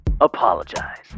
apologize